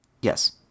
Yes